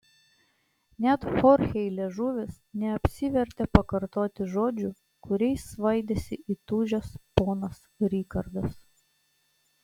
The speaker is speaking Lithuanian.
net chorchei liežuvis neapsivertė pakartoti žodžių kuriais svaidėsi įtūžęs ponas rikardas